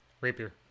rapier